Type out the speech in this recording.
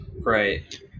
Right